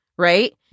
Right